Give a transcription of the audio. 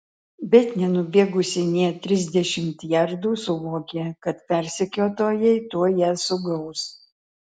bet nenubėgusi nė trisdešimt jardų suvokė kad persekiotojai tuoj ją sugaus